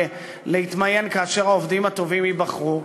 להתמיין כאשר העובדים הטובים ייבחרו?